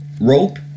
rope